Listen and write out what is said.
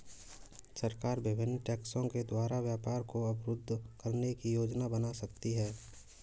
सरकार विभिन्न टैक्सों के द्वारा व्यापार को अवरुद्ध करने की योजना बना सकती है